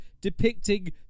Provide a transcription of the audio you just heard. depicting